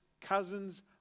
cousins